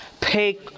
Pay